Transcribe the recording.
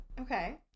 Okay